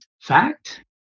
fact